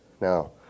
Now